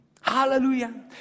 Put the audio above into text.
Hallelujah